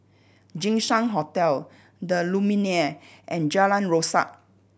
Jinshan Hotel The Lumiere and Jalan Rasok